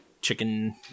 chicken